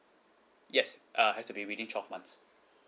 yes uh have to be within twelve months